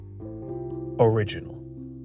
original